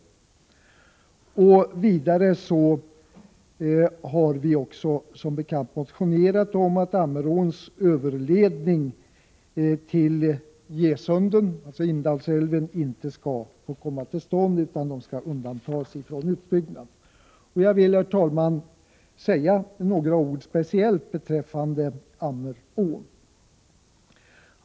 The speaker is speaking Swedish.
Som bekant har vi också motionerat om att Ammeråns överledning till Gesunden — Indalsälven — inte skall få komma till stånd utan undantas från utbyggnad. Jag vill, herr talman, säga några ord beträffande speciellt Ammerån.